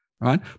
Right